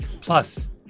Plus